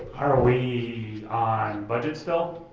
are we on budget still?